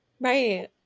right